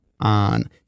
on